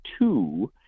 two